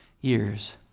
years